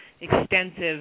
extensive